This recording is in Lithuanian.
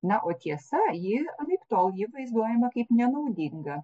na o tiesa ji anaiptol ji vaizduojama kaip nenaudinga